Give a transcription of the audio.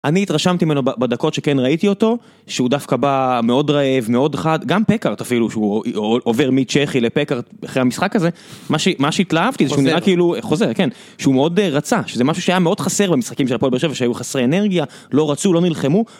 אני התרשמתי ממנו בדקות שכן ראיתי אותו, שהוא דווקא בא מאוד רעב, מאוד חד, גם פקארט אפילו, שהוא עובר מצ'כי לפקארט, אחרי המשחק הזה, מה שהתלהבתי זה שהוא נראה כאילו, חוזר, כן, שהוא מאוד רצה, שזה משהו שהיה מאוד חסר במשחקים של הפול בר-שבע, שהיו חסרי אנרגיה, לא רצו, לא נלחמו.